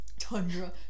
Tundra